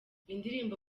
indirimbo